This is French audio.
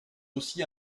aussi